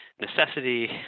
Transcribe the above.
necessity